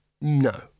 No